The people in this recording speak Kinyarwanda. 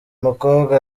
mukobwa